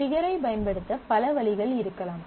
trigger ஐ பயன்படுத்த பல வழிகள் இருக்கலாம்